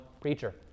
preacher